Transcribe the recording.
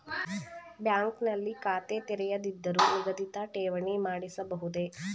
Bank ನಲ್ಲಿ ಖಾತೆ ತೆರೆಯದಿದ್ದರೂ ನಿಗದಿತ ಠೇವಣಿ ಮಾಡಿಸಬಹುದೇ?